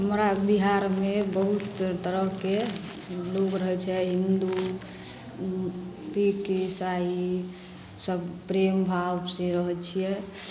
हमरा बिहारमे बहुत तरहके लोक रहै छै हिन्दू सिख इसाइसब प्रेमभावसे रहै छिए